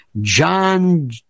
John